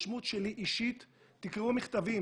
אף אחד לא נוגע בו, אף אחד לא מטפל בו.